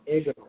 ego